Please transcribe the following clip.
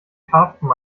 karpfen